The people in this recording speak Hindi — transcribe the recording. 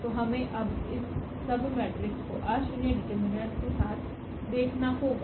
तो हमें अब इस सब मेट्रिक्स को अशून्य डिटरमिनेंट के साथ देखना होगा